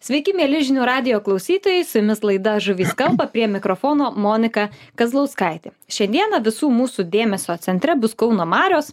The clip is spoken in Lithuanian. sveiki mieli žinių radijo klausytojai su jumis laida žuvys kalba prie mikrofono monika kazlauskaitė šiandieną visų mūsų dėmesio centre bus kauno marios